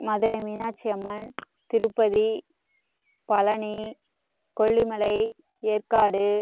Madurai Meenakshi Amman Tirupati Palani Kollimalai Yercaud